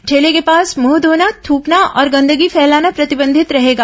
ठेले के पास मुंह धोना थूकना और गंदगी फैलाना प्रतिबंधित रहेगा